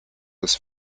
des